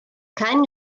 keinen